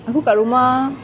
aku kat rumah